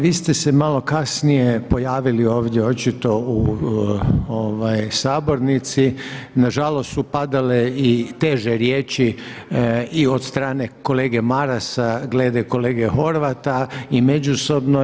Vi ste se malo kasnije pojavili ovdje očito u sabornici, nažalost su padale i teže riječi i od strane kolege Marasa glede kolege Horvata i međusobno.